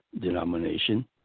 denomination